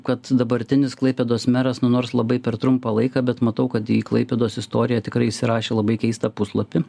kad dabartinis klaipėdos meras nu nors labai per trumpą laiką bet matau kad į klaipėdos istoriją tikrai įsirašė labai keistą puslapį